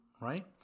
right